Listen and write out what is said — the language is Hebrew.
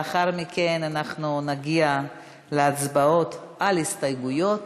לאחר מכן אנחנו נגיע להצבעות על ההסתייגות.